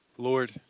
Lord